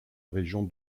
région